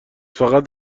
فقط